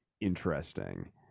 interesting